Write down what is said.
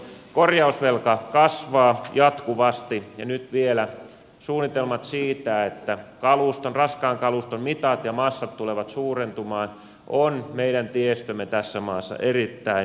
korjausvelka kasvaa jatkuvasti ja nyt vielä kun on suunnitelmat siitä että raskaan kaluston mitat ja massat tulevat suurentumaan on meidän tiestömme tässä maassa erittäin lujilla